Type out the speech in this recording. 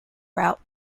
route